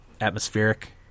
atmospheric